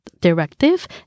directive